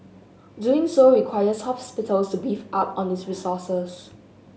doing so requires hospitals to beef up on its resources